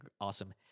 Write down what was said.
awesome